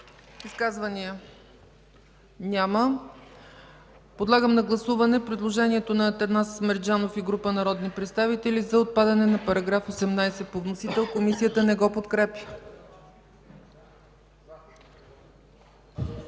Изказвания? Няма. Подлагам на гласуване предложението на Атанас Мерджанов и група народни представители за отпадане на § 18 по вносител. Комисията не го подкрепя. Гласували